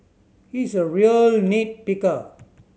he is a real nit picker